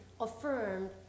affirmed